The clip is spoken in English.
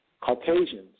Caucasians